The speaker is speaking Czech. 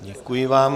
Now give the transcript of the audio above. Děkuji vám.